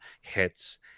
hits